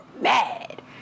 mad